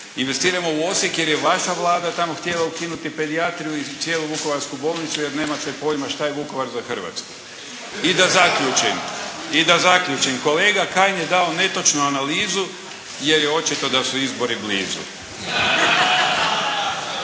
Investiramo u Osijek jer je vaša Vlada htjela ukinuti pedijatriju i cijelu Vukovarsku bolnicu jer nemate pojma što je Vukovar za Hrvatsku. I da zaključim, kolega Kajin je dao netočnu analizu jer je očito da su izbori blizu.